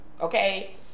Okay